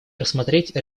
рассмотреть